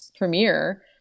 premiere